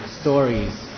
stories